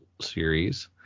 series